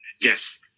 yes